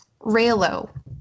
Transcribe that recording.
Raylo